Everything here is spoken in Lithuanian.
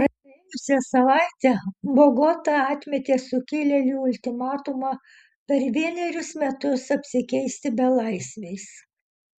praėjusią savaitę bogota atmetė sukilėlių ultimatumą per vienerius metus apsikeisti belaisviais